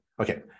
Okay